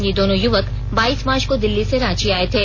ये दोनों युवक बाईस मार्च को दिल्ली से रांची आए थे